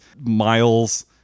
miles